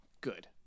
good